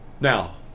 Now